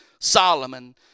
Solomon